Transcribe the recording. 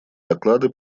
доклады